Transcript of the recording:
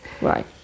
Right